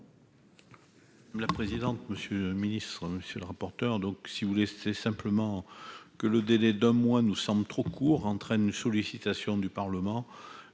La présidente, monsieur le ministre, monsieur le rapporteur, donc si vous voulez, c'est simplement que le délai d'un mois, nous sommes trop court entraîne une sollicitation du Parlement